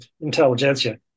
intelligentsia